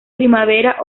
primavera